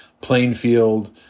Plainfield